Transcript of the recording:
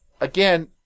again